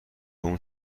اون